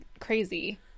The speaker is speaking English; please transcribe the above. crazy